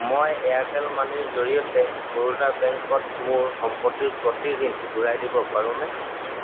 মই এয়াৰটেল মানিৰ জৰিয়তে বৰোদা বেংকত মোৰ সম্পত্তিৰ প্ৰতি ঋণ ঘূৰাই দিব পাৰোঁনে